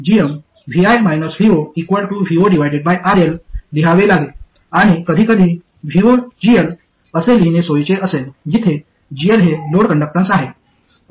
आणि आम्हाला gm voRL लिहावे लागेल आणि कधीकधी voGL असे लिहिणे सोयीचे असेल जिथे GL हे लोड कंडक्टन्स आहे